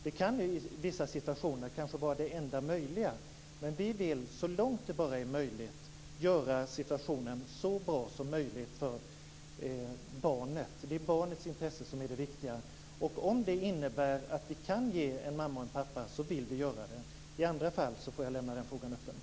Det här kan i vissa situationer kanske vara det enda möjliga. Men vi vill, så långt som det bara går, göra situationen så bra som möjligt för barnet. Det är barnets intresse som är det viktiga, och om det innebär att vi kan ge en mamma och en pappa så vill vi göra det. I andra fall får jag lämna den frågan öppen.